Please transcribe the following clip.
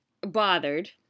bothered